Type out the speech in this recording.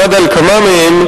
עמד על כמה מהם.